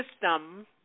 system